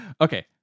Okay